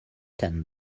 ten